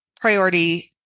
Priority